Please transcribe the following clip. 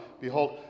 Behold